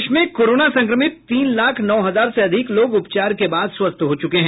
देश में कोरोना संक्रमित तीन लाख नौ हजार से अधिक लोग उपचार के बाद स्वस्थ हो चुके हैं